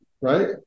right